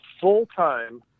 full-time